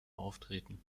auftreten